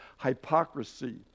hypocrisy